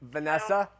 Vanessa